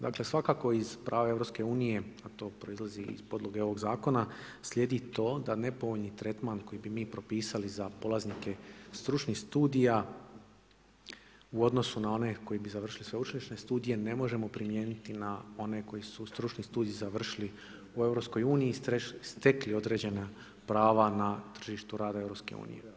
Dakle, svakako iz prava EU, a to proizlazi iz podloge ovog zakona, slijedi to da ne povoljni tretman, koji bi mi propisali za polaznike stručnih studija, u odnosu na one koji bu završili sveučilišnih studija, ne možemo primijeniti na one koji su stručni studij završili u EU i stekli određena prava na tržištu rada EU.